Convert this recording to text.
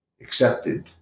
accepted